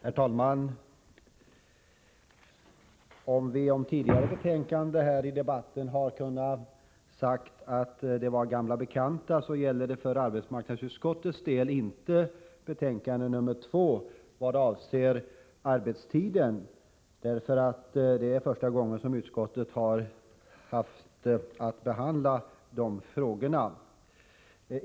Nr 22 Herr talman! Om vi om tidigare betänkanden här i debatten har kunnat Onsdagen den säga att det har varit gamla bekanta, gäller det för arbetsmarknadsutskottets 7 november 1984 del inte betänkande nr 2 vad avser arbetstidsfrågorna. Det är första gången som utskottet har haft att behandla de frågorna.